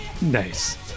Nice